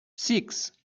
six